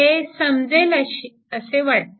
हे समजेल असे वाटते